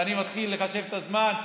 ואני מתחיל עכשיו לחשב את הזמן.